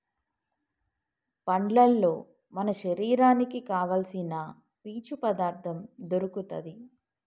పండ్లల్లో మన శరీరానికి కావాల్సిన పీచు పదార్ధం దొరుకుతది